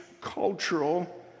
cultural